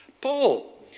Paul